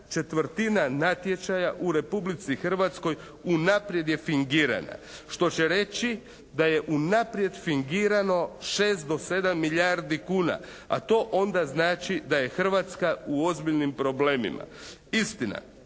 četvrtina natječaja u Republici Hrvatskoj unaprijed je fingirana, što će reći da je unaprijed fingirano 6 do 7 milijardi kuna, a to onda znači da je Hrvatska u ozbiljnim problemima. Istina,